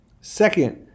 second